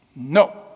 No